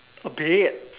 okay